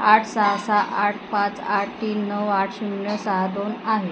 आठ सहा सहा आठ पाच आठ तीन नऊ आठ शून्य सहा दोन आहे